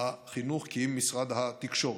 החינוך כי אם במשרד התקשורת.